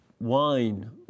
wine